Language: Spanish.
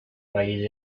país